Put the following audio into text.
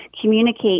communicate